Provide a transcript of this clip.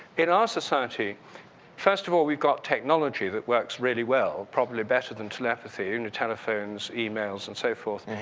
in our society first of all, we've got technology that works really well, probably better than telepathy, you know, and telephones, emails, and so forth.